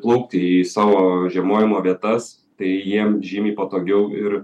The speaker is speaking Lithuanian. plaukti į savo žiemojimo vietas tai jiem žymiai patogiau ir